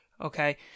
okay